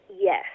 Yes